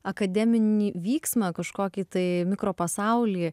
akademinį vyksmą kažkokį tai mikropasaulį